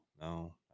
no